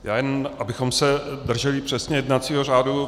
Já jen abychom se drželi přesně jednacího řádu.